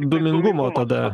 dūmingumo tada